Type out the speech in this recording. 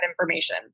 information